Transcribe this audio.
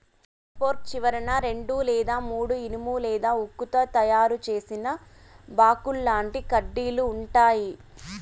హె fork చివరన రెండు లేదా మూడు ఇనుము లేదా ఉక్కుతో తయారు చేసిన బాకుల్లాంటి కడ్డీలు ఉంటాయి